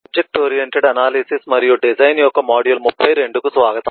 object oriented analysis మరియు design యొక్క module 32 కు స్వాగతం